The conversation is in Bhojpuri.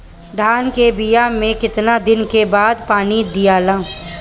धान के बिया मे कितना दिन के बाद पानी दियाला?